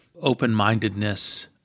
open-mindedness